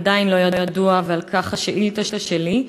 עדיין לא ידוע, ועל כך השאילתה שלי,